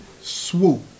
swoop